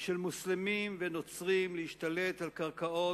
של מוסלמים ונוצרים להשתלט על קרקעות